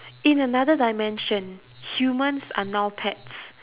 in another dimension humans are now pets